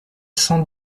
cent